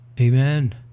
Amen